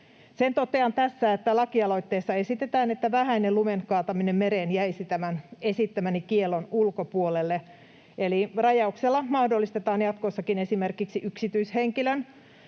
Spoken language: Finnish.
Sen totean tässä, että lakialoitteessa esitetään, että vähäinen lumen kaataminen mereen jäisi tämän esittämäni kiellon ulkopuolelle. Eli rajauksella mahdollistetaan jatkossakin esimerkiksi yksityishenkilön